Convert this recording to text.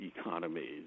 economies